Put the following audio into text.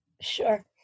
Sure